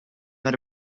naar